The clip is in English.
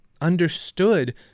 understood